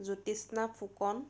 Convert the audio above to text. Jyotsna Phukan